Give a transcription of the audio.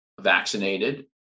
vaccinated